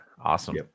awesome